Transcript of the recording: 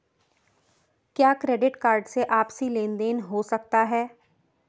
क्या credit card से आपसी लेनदेन हो सकता है?